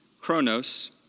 chronos